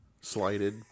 slighted